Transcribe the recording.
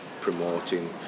promoting